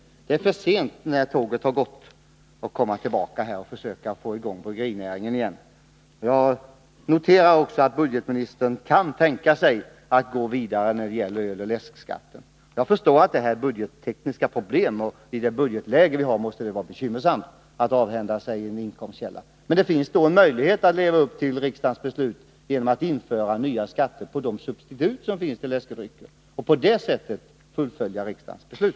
När tåget har gått är det för sent att komma tillbaka och försöka få i gång bryggerinäringen på nytt. Jag noterar också att budgetministern kan tänka sig att gå vidare när det gäller öloch läskskatten. Jag förstår att detta innebär budgettekniska problem. I det budgetläge vi har måste det vara bekymmersamt att avhända sig en inkomstkälla. Men det finns en möjlighet att leva upp till riksdagens beslut genom att införa nya skatter på de substitut till läskedrycker som finns. På så sätt kan man fullfölja riksdagens beslut.